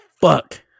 fuck